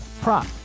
prop